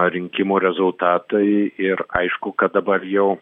rinkimų rezultatai ir aišku kad dabar jau